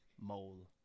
Mole